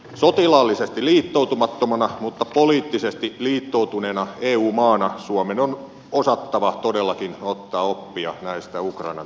sotilaallisesti liittoutumattomana mutta poliittisesti liittoutuneena eu maana suomen on osattava todellakin ottaa oppia näistä ukrainan tapahtumista